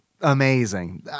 amazing